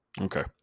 Okay